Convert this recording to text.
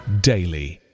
daily